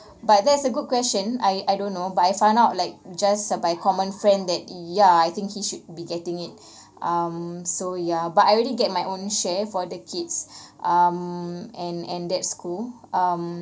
but that's a good question I I don't know but I found out like just by common friend that ya I think he should be getting it um so yeah but I already get my own share for the kids um and and that's cool um